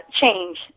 change